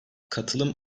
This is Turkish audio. katılım